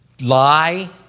lie